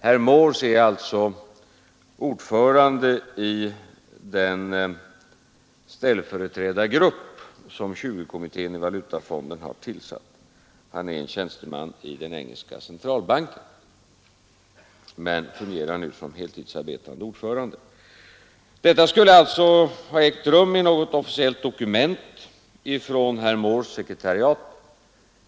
Herr Morse är alltså ordförande i den ställföreträdargrupp som 20-kommittén i valutafonden har tillsatt. Han är en tjänsteman i den engelska centralbanken men fungerar nu som heltidsarbetande ordförande. Detta skulle alltså ha ägt rum i något officiellt dokument från herr Morses sekretariat.